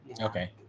okay